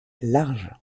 large